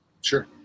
Sure